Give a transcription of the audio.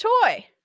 toy